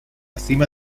cima